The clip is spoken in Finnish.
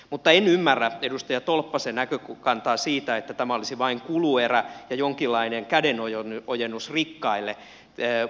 mutta en ymmärrä edustaja tolppasen näkökantaa siitä että tämä olisi vain kuluerä ja jonkinlainen kädenojennus rikkaille